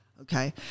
okay